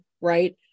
right